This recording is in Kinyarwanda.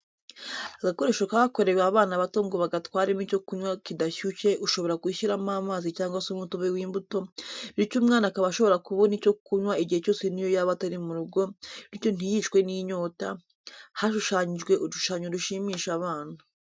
Agakoresho kakorewe abana bato ngo bagatwaremo icyo kunywa kidashyushye ushobora gushyiramo amazi cyangwa se umutobe w'imbuto, bityo umwana akaba ashobora kubona icyo kunywa igihe cyose n'iyo yaba atari mu rugo bityo ntiyicwe n'inyota, hashushanyije udushushanyo dushimisha abana.